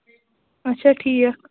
اچھا ٹھیٖک